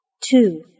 Two